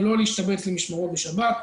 ולא להיות משובץ למשמרות בשבת.